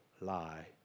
lie